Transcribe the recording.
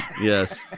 yes